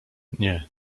nie